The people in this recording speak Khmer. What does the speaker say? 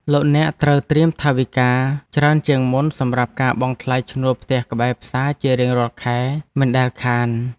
លោកអ្នកត្រូវត្រៀមថវិកាច្រើនជាងមុនសម្រាប់ការបង់ថ្លៃឈ្នួលផ្ទះក្បែរផ្សារជារៀងរាល់ខែមិនដែលខាន។